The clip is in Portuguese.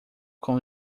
com